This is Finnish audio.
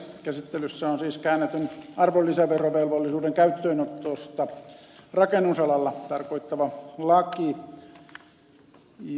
käsittelyssä on siis käännetyn arvonlisäverovelvollisuuden käyttöönottoa rakennusalalla tarkoittava laki